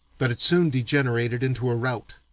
but it soon degenerated into a rout.